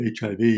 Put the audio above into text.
HIV